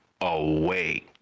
away